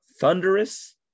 Thunderous